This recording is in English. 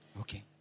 Okay